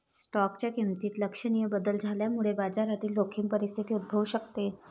स्टॉकच्या किमतीत लक्षणीय बदल झाल्यामुळे बाजारातील जोखीम परिस्थिती उद्भवू शकते